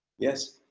yes,